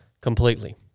Completely